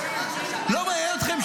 לא מעניין אתכם?